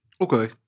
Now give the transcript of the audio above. Okay